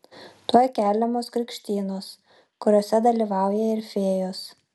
tuoj keliamos krikštynos kuriose dalyvauja ir fėjos